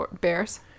Bears